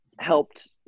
helped